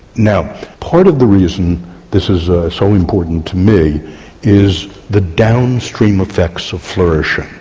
now part of the reason this is so important to me is the downstream effects of flourishing.